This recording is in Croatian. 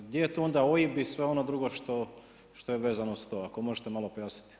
Gdje je tu onda OIB i sve ono drugo što je vezano uz to ako možete malo pojasniti.